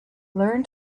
learn